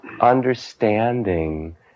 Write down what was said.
understanding